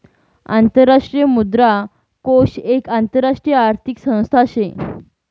आंतरराष्ट्रीय मुद्रा कोष एक आंतरराष्ट्रीय आर्थिक संस्था शे